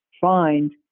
find